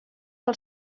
del